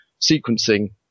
sequencing